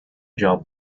job